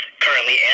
currently